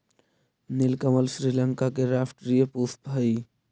नीलकमल श्रीलंका के राष्ट्रीय पुष्प हइ